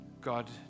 God